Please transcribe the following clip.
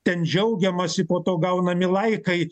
ten džiaugiamasi po to gaunami laikai